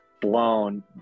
blown